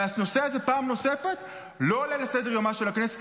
ופעם נוספת הנושא הזה לא עולה לסדר-יומה של הכנסת.